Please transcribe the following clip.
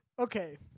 okay